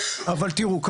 אבל תראו,